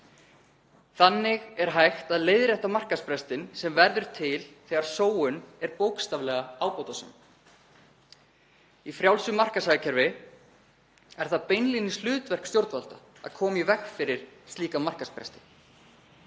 Þannig er hægt að leiðrétta markaðsbrestinn sem verður til þegar sóun er bókstaflega ábatasöm. Í frjálsu markaðshagkerfi er það beinlínis hlutverk stjórnvalda að koma í veg fyrir slíka markaðsbresti.